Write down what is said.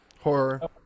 Horror